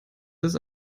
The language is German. des